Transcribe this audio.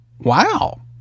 Wow